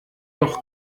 doch